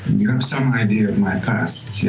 you have some idea of my past, yeah?